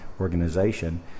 organization